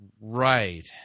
Right